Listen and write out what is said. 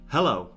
Hello